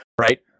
right